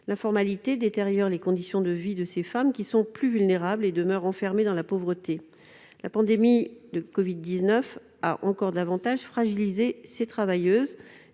L'informalité détériore les conditions de vie de ces femmes qui sont plus vulnérables et demeurent enfermées dans la pauvreté. Comme l'a rappelé Claudine Lepage, la pandémie de covid-19 a encore davantage fragilisé ces travailleuses.